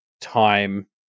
time